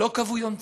לא קבעו יום צום.